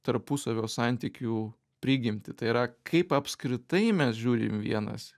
tarpusavio santykių prigimtį tai yra kaip apskritai mes žiūrim vienas